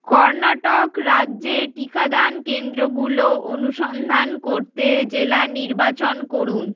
কর্ণাটক রাজ্যে টিকাদান কেন্দ্রগুলো অনুসন্ধান করতে জেলা নির্বাচন করুন